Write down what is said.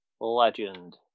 Legend